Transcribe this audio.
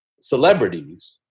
celebrities